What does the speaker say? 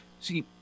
see